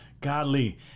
Godly